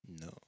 No